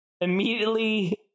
immediately